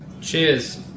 Cheers